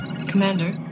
Commander